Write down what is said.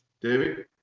David